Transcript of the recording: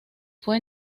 fue